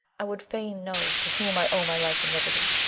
i would fain know to whom i owe my life and liberty.